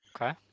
Okay